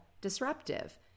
disruptive